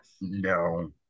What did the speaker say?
No